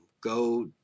go